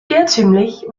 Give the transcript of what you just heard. irrtümlich